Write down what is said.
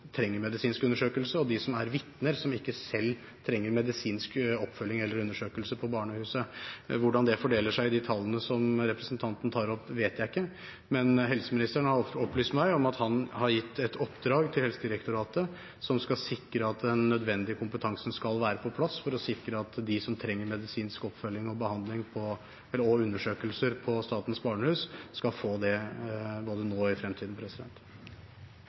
trenger medisinsk undersøkelse, og dem som er vitner, som ikke selv trenger medisinsk oppfølging eller undersøkelse på barnehuset. Hvordan det fordeler seg i de tallene som representanten tar opp, vet jeg ikke. Men helseministeren har opplyst meg om at han har gitt et oppdrag til Helsedirektoratet som skal sikre at den nødvendige kompetansen skal være på plass, for å sikre at de som trenger medisinsk oppfølging og undersøkelser på Statens Barnehus, skal få det, både nå og i fremtiden.